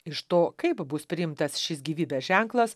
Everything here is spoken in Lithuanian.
iš to kaip bus priimtas šis gyvybės ženklas